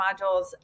modules